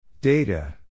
Data